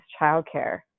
childcare